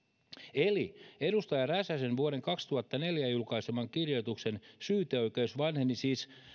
eli edustaja räsäsen vuoden kaksituhattaneljä julkaiseman kirjoituksen syyteoikeus vanheni siis